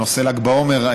בנושא ל"ג בעומר.